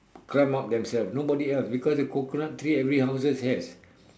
climb up themselves nobody help because the coconut tree every houses have